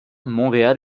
montréal